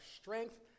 strength